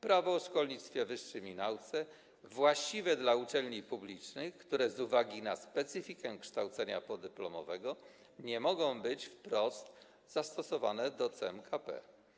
Prawo o szkolnictwie wyższym i nauce właściwe dla uczelni publicznych, które z uwagi na specyfikę kształcenia podyplomowego nie mogą być wprost zastosowane do CMKP.